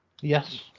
Yes